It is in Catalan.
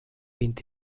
vint